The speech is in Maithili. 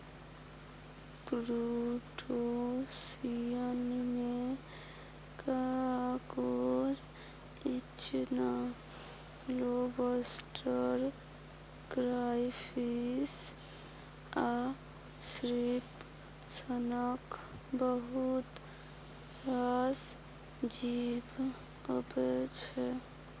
क्रुटोशियनमे कांकोर, इचना, लोबस्टर, क्राइफिश आ श्रिंप सनक बहुत रास जीब अबै छै